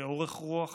באורך רוח